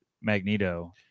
Magneto